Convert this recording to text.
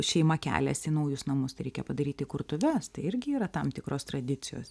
šeima keliasi į naujus namus tai reikia padaryt įkurtuves tai irgi yra tam tikros tradicijos